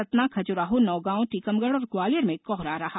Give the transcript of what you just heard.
सतना खजुराहो नौगांव टीकमढ़ और ग्वालियर में कोहरा रहा